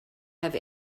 have